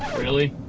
really?